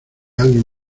alguien